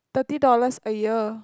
thirty dollars a year